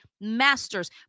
master's